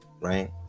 right